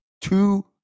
two